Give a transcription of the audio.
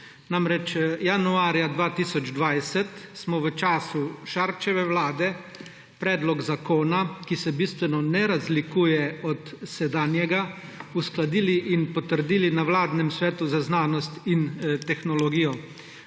Namreč, januarja 2020 smo v času Šarčeve vlade predlog zakona, ki se bistveno ne razlikuje od sedanjega, uskladili in potrdili na vladnem svetu za znanost in tehnologijo.